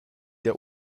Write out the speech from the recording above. der